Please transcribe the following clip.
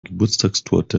geburtstagstorte